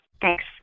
Thanks